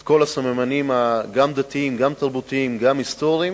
את כל הסממנים הדתיים, התרבותיים וההיסטוריים